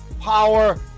power